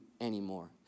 anymore